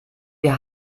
wir